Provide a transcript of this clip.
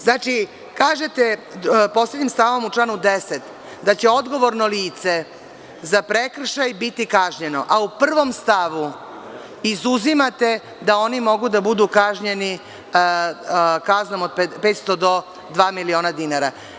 Znači, kažete poslednjim stavom u članu 10. da će odgovorno lice za prekršaj biti kažnjeno, a u 1. stavu izuzimate da oni mogu da budu kažnjeni kaznom od 500 do dva miliona dinara.